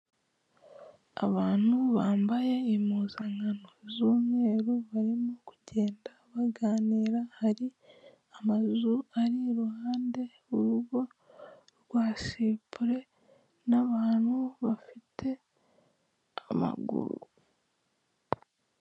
Abantu bambaye impuzankano z'umweru barimo kugenda baganira, hari amazu ari iruhande urugo rwa sipure n'abantu bafite amaguru.